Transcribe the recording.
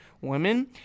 women